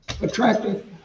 attractive